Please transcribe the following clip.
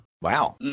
Wow